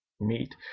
meet